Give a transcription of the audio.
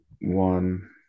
one